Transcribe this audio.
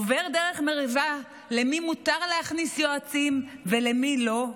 עובר למריבה למי מותר להכניס יועצים ולמי לא,